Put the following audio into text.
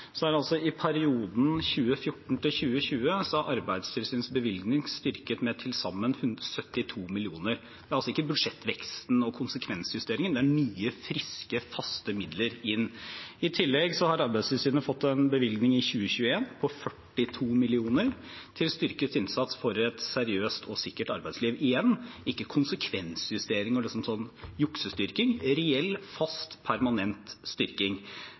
I perioden 2014–2020 har Arbeidstilsynets bevilgning blitt styrket med til sammen 120 mill. kr. Det er altså ikke budsjettvekst og konsekvensjustering – det er nye, friske, faste midler inn. I tillegg har Arbeidstilsynet fått en bevilgning i 2021 på 42 mill. kr til styrket innsats for et seriøst og sikkert arbeidsliv – igjen er ikke dette konsekvensjusterende og liksom en juksestyrking. Det er en reell, fast, permanent styrking.